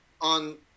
on